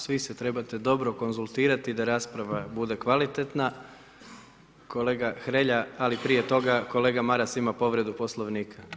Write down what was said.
Svi se trebate dobro konzultirati da rasprava bude kvalitetna, kolega Hrelja, ali prije toga kolega Maras ima povredu Poslovnika.